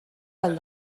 ahal